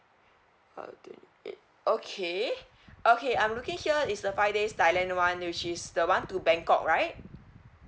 uh twenty eight okay okay I'm looking here is a five days thailand [one] which is the one to bangkok right